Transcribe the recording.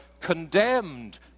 condemned